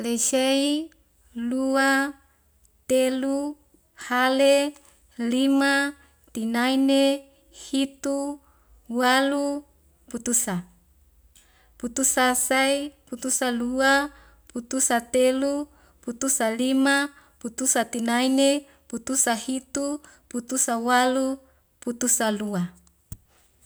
Lesei, lua, telu, hale, lima, tinaene, hitu, walu, putusa, putusa sai, putusa lua, putusa telu, putusa lima, putusa tinaene, putusa hitu, putusa walu, putusa lua